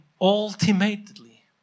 ultimately